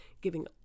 giving